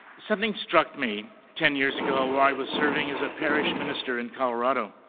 something struck me ten years ago while i was serving as a parish minister in colorado.